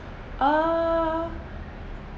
err